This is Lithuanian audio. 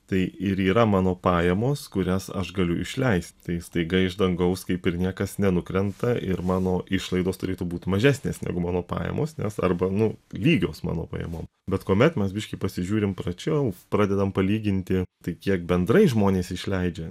tai ir yra mano pajamos kurias aš galiu išleist tai staiga iš dangaus kaip ir niekas nenukrenta ir mano išlaidos turėtų būt mažesnės negu mano pajamos nes arba nu lygios mano pajamom bet kuomet mes biškį pasižiūrim pračiau pradedam palyginti tai kiek bendrai žmonės išleidžia